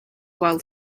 while